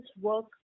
work